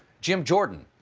jim jordan.